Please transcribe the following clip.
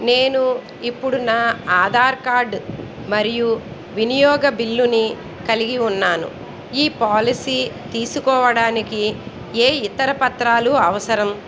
నేను ఇప్పుడు నా ఆధార్ కార్డ్ మరియు వినియోగ బిల్లుని కలిగి ఉన్నాను ఈ పాలసీ తీసుకోవడానికి ఏ ఇతర పత్రాలు అవసరం